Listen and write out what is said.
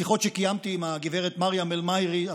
השיחות שקיימתי עם הגב' מרים אל-מהירי,